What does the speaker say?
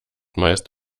meist